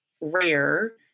rare